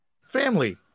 Family